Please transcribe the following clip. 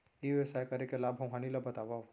ई व्यवसाय करे के लाभ अऊ हानि ला बतावव?